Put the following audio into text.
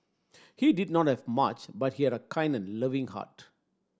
he did not have much but he had a kind and loving heart